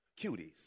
Cuties